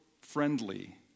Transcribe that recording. friendly